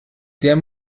der